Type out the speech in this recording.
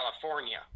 California